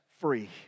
free